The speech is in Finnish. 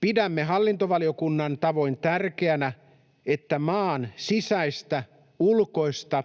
Pidämme hallintovaliokunnan tavoin tärkeänä, että maan sisäistä, ulkoista